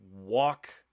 walk